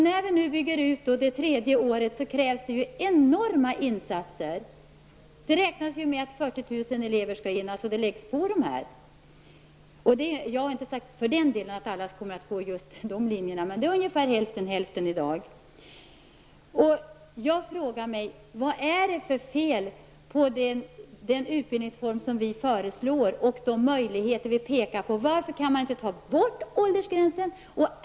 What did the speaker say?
När det tredje året byggs ut krävs enorma insatser. Man räknar med att 40 000 elever skall gynnas, och det läggs på detta. Jag har inte sagt att alla kommer att gå just en sådan linje, men det är ungefär hälften, hälften i dag. Vad är det för fel på den utbildningsform som vi föreslår och de möjligheter som vi pekar på? Varför kan man inte ta bort åldersgränsen?